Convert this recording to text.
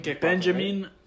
Benjamin